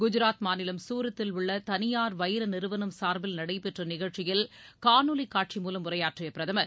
குஜராத் மாநிலம் சூரத்தில் உள்ள தளியார் வைர நிறுவனம் சார்பில் நடைபெற்ற நிகழ்ச்சியில் காணொலி காட்சி மூலம் உரையாற்றிய பிரதமர்